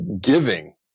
giving